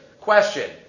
question